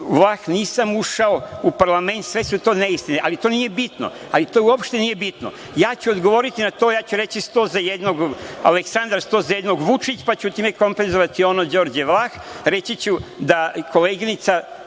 Vlah, nisam ušao u parlament, sve su to neistine, ali to nije bitno, to uopšte nije bitno. Ja ću odgovoriti na to, ja ću reći sto za jednog Aleksandra, sto za jednog Vučić, pa ću time kompenzovati ono Đorđe Vlah. Reći ću i da je koleginica